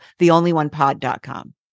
theonlyonepod.com